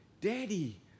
Daddy